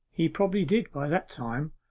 he probably did by that time,